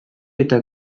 eta